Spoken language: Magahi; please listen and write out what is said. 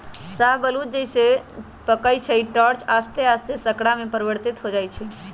शाहबलूत जइसे जइसे पकइ छइ स्टार्च आश्ते आस्ते शर्करा में परिवर्तित हो जाइ छइ